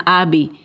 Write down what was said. abi